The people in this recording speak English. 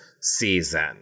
season